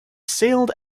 sailed